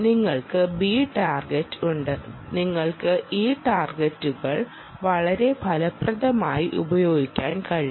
നിങ്ങൾക്ക് B target ഉണ്ട് നിങ്ങൾക്ക് ഈ ടാർഗെറ്റുകൾ വളരെ ഫലപ്രദമായി ഉപയോഗിക്കാൻ കഴിയും